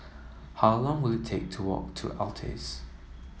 how long will it take to walk to Altez